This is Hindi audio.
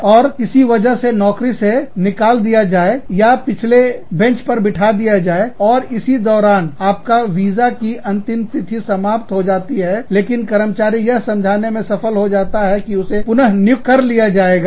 और इसी वजह से नौकरी से निकाल दिया जाए या पिछले बेंच पर बिठा दिया जाए और इसी दौरान आपका वीजा की अंतिम तिथि समाप्त हो जाती है लेकिन कर्मचारी यह समझाने में सफल हो जाता है कि उसे पुनः नियुक्त कर लिया जाएगा